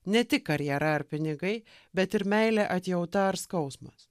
ne tik karjera ar pinigai bet ir meilė atjauta ar skausmas